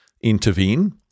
intervene